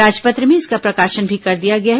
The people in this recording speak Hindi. राजपत्र में इसका प्रकाशन भी कर दिया गया है